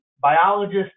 biologist